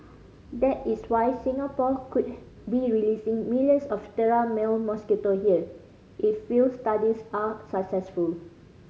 that is why Singapore could be releasing millions of sterile male mosquito here if field studies are successful